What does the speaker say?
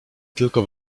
tylko